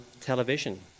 television